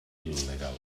il·legal